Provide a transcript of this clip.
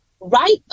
right